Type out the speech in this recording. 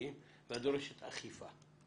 משאבים ואת דורשת אכיפה.